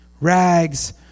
Rags